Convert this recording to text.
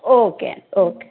okay okay